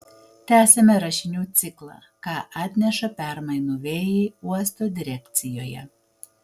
tęsiame rašinių ciklą ką atneša permainų vėjai uosto direkcijoje